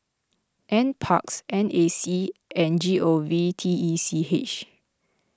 NParks N A C and G O V T E C H